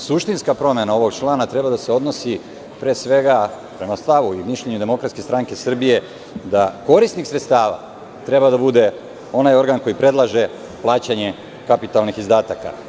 Suštinska promena ovog člana treba da se odnosi pre svega, prema stavu i mišljenje DSS, da korisnik sredstava treba da bude onaj organ koji predlaže plaćanje kapitalnih izdataka.